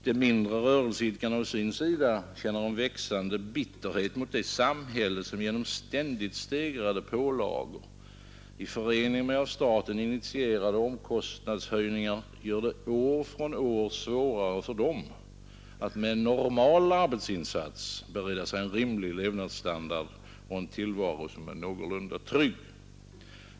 De mindre rörelseidkarna å sin sida känner en växande bitterhet mot det samhälle som genom ständigt stegrade pålagor i förening med av staten initierade omkostnadshöjningar gör det år från år svårare för dem att med en normal arbetsinsats bereda sig en rimlig levnadsstandard och en tillvaro som är någorlunda trygg.